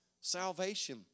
salvation